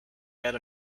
yet